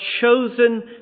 chosen